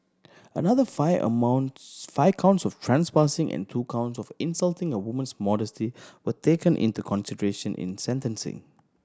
another five amounts five counts of trespassing and two counts of insulting a woman's modesty were taken into consideration in sentencing